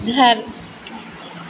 घर